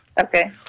Okay